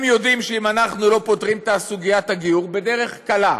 הם יודעים שאם אנחנו לא פותרים את סוגיית הגיור בדרך קלה,